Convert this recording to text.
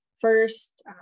first